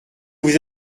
vous